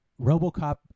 RoboCop